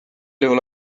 juhul